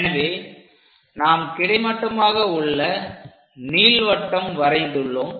எனவே நாம் கிடைமட்டமாக உள்ள நீள்வட்டம் வரைந்துள்ளோம்